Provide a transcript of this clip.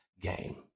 game